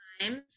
times